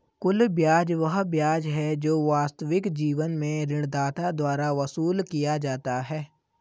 कुल ब्याज वह ब्याज है जो वास्तविक जीवन में ऋणदाता द्वारा वसूल किया जाता है